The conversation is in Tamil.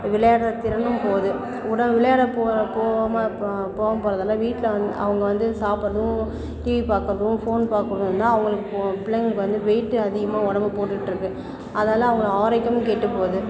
விளையாடுற திறனும் போகுது உடல் விளையாடப் போகிற போகாம அப்போ போகும் பொழுதெல்லாம் வீட்டில் வந்து அவங்க வந்து சாப்பிட்றதும் டிவி பாக்கிறதும் ஃபோன் பாக்கிறதும் தான் அவங்களுக்கு பிள்ளைங்களுக்கு வந்து வெயிட்டு அதிகமாக உடம்பு போட்டுட்டு இருக்குது அதால அவங்க ஆரோக்கியமும் கெட்டுப் போகுது